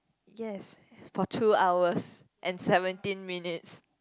yes for two hours and seventeen minutes